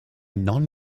non